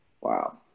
Wow